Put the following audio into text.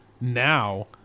Now